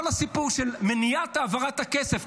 כל הסיפור של מניעת העברת הכסף,